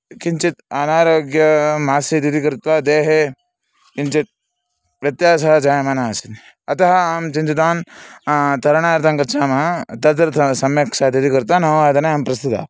किञ्चित् अनारोग्यमासीदिति कृत्वा देहे किञ्चित् व्यत्यासः जायमाना आसीत् अतः अहं चिञ्चितान् तरणार्थं गच्छामः तत्र तु सम्यक् स्यात् इति कृत्वा नववादे अहं प्रस्तितः